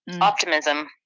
optimism